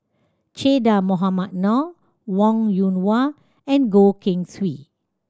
Che Dah Mohamed Noor Wong Yoon Wah and Goh Keng Swee